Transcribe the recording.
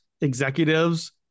executives